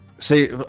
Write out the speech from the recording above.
See